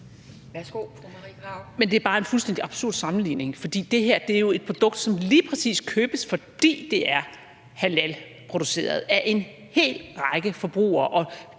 Marie Krarup (DF): Men det er bare en fuldstændig absurd sammenligning, for det her er jo et produkt, som lige præcis købes af en hel række forbrugere,